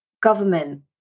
government